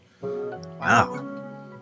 Wow